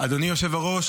אדוני היושב-ראש,